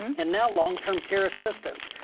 and now long term care assistance.